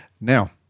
Now